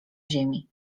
ziemi